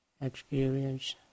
experience